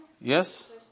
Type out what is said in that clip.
Yes